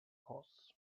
horse